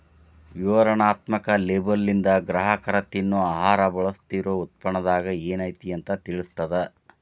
ವಿವರಣಾತ್ಮಕ ಲೇಬಲ್ಲಿಂದ ಗ್ರಾಹಕರ ತಿನ್ನೊ ಆಹಾರ ಬಳಸ್ತಿರೋ ಉತ್ಪನ್ನದಾಗ ಏನೈತಿ ಅಂತ ತಿಳಿತದ